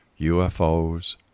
UFOs